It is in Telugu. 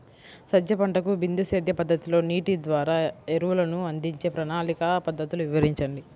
సజ్జ పంటకు బిందు సేద్య పద్ధతిలో నీటి ద్వారా ఎరువులను అందించే ప్రణాళిక పద్ధతులు వివరించండి?